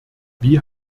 wie